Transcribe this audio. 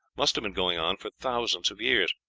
must have been going on for thousands of years,